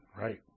right